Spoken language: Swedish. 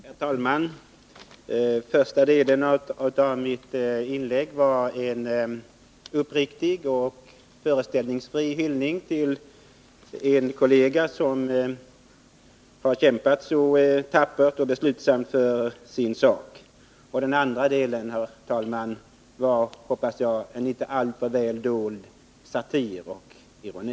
Herr talman! Den första delen av mitt inlägg var en uppriktig och förställningsfri hyllning till en kollega som tappert och beslutsamt har kämpat för sin sak. Den andra delen var en, hoppas jag, inte alltför väl dold satir och ironi.